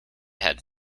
had